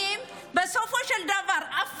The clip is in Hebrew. בסופו של דבר בת ה-80,